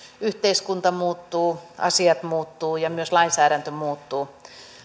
yhteiskunta muuttuu asiat muuttuvat ja myös lainsäädäntö muuttuu